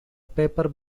paper